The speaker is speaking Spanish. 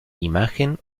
imagen